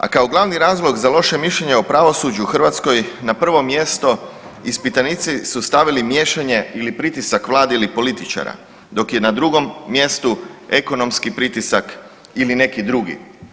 A kao glavni razlog za loše mišljenje o pravosuđu u Hrvatskoj na prvo mjesto ispitanici su stavili miješanje ili pritisak vlade ili političara, dok je na drugom mjestu ekonomski pritisak ili neki drugi.